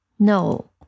No